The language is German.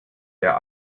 der